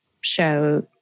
show